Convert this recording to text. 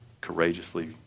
courageously